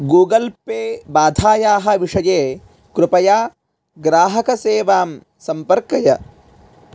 Google Pay बाधायाः विषये कृपया ग्राहकसेवां सम्पर्कय